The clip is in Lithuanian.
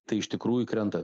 tai iš tikrųjų krenta